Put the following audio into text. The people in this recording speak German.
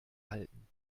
halten